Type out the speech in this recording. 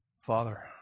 Father